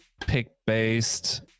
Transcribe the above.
pick-based